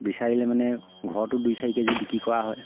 বিচাৰিলে মানে ঘৰতো দুই চাৰি কেজি বিক্ৰী কৰা হয়